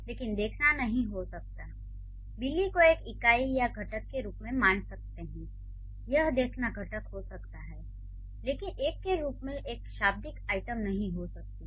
लेकिन "देखना" नहीं हो सकता "बिल्ली" को एक इकाई या घटक के रूप में मान सकते है यह "देखना" घटक हो सकता है लेकिन एक के रूप में एक शाब्दिक आइटम नहीं हो सकता है